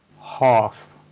half